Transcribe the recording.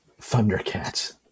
Thundercats